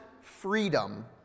freedom